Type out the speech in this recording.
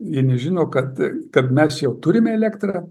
jie nežino kad kad mes jau turime elektrą